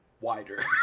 wider